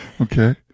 Okay